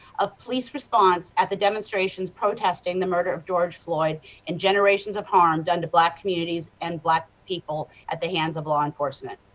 of police response at the demonstrations protesting the murder of george floyd and generations of harm done to black communities on and black people at the hands of law enforcement.